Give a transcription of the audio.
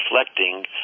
reflecting